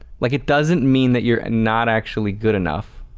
like it doesn't mean that you're not actually good enough.